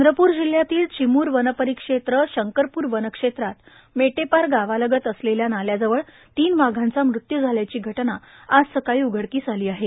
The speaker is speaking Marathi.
चंद्रपूर जिल्ह्यातील चिमूर वनपरिक्षेत्र शंकरपूर वनक्षेत्रात मेटेपार गावालगत असलेल्या नाल्याजवळ तीन वाघाचा मृत्यू झाल्याची घटना आज सकाळी उघडकीस आली आहे